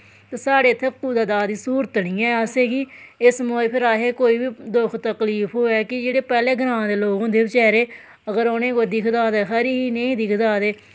साढ़ै इत्थैं कुदै दाह् दा स्हूलत निं ऐ असेंगी इस मौके पर कोई बी दुख तकलीफ होऐ कि जेह्ड़े पैह्लै ग्रांऽ दे लोग होंदे हे बचैरे अगर उनें कोई दिक्खदा ते खरी नेईँ दिक्खदा ते